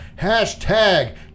Hashtag